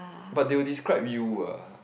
but they will describe you what